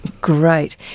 Great